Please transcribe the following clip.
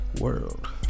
world